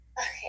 Okay